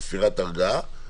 צפירת ארגעה.